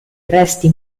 resti